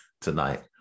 tonight